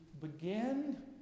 begin